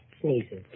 sneezes